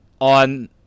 on